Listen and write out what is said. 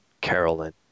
Carolyn